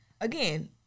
Again